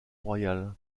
royal